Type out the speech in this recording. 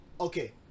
Okay